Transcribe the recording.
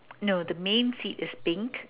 no the main seat is pink